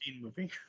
movie